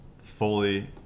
fully